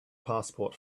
passport